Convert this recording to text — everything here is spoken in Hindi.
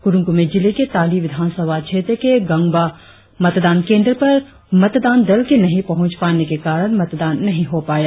कुरुंग कुमे जिले के ताली विधानसभा क्षेत्र के गंबा मतदान केंद्र पर मतदान दल के नहीं पहुंच पाने के कारण मतदान नही हो पाया